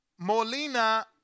Molina